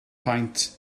paent